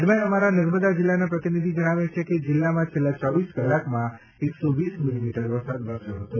દરમ્યાન અમારા નર્મદા જિલ્લાના પ્રતિનિધિ જણાવે છે કે જિલ્લામાં છેલ્લા ચોવીસ કલાકમાં એકસો વીસ મીલીમીટર વરસાદ વરસ્યો હતો